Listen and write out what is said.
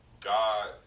God